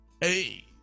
Hey